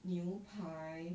牛排